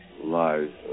lives